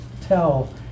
tell